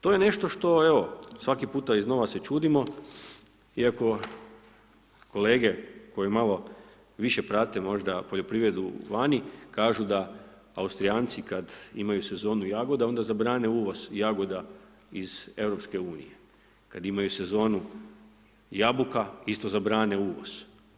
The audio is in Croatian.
To je nešto što evo svaki puta iz nova se čudimo iako kolege koji malo više prate možda poljoprivredu vani kažu da austrijanci kad imaju sezonu jagodo onda zabrane uvoz jagoda iz EU, kad imaju sezonu jabuka isto zabrane uvoz.